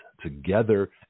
together